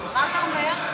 מה אתה אומר?